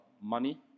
money